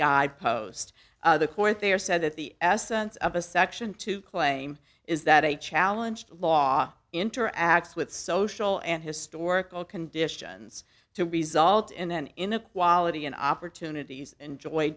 guide post the court there said that the essence of a section two claim is that a challenge to law interacts with social and historical conditions to result in an inequality in opportunities enjoy